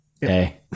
hey